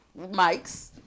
mics